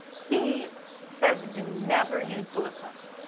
he says do never use bullet points.